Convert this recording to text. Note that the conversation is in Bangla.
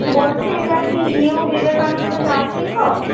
বলছি এটা কি নিউ বিবেকানন্দ নার্সিং হোম